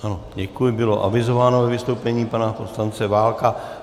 Ano, děkuji, bylo avizováno ve vystoupení pana poslance Válka.